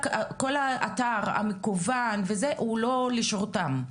כל האתר המקוון, הוא לא לשירותם.